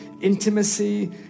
intimacy